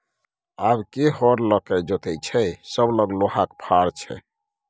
आब के हर लकए जोतैय छै सभ लग लोहाक फार छै